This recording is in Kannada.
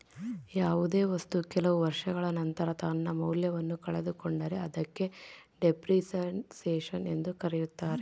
ಯಾವುದೇ ವಸ್ತು ಕೆಲವು ವರ್ಷಗಳ ನಂತರ ತನ್ನ ಮೌಲ್ಯವನ್ನು ಕಳೆದುಕೊಂಡರೆ ಅದಕ್ಕೆ ಡೆಪ್ರಿಸಸೇಷನ್ ಎಂದು ಕರೆಯುತ್ತಾರೆ